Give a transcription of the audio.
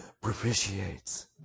propitiates